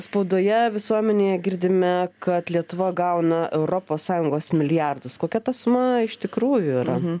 spaudoje visuomenėje girdime kad lietuva gauna europos sąjungos milijardus kokia ta suma iš tikrųjų yra